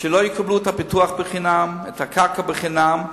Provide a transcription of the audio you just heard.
לא יקבלו את הפיתוח בחינם, את הקרקע בחינם,